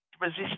Resist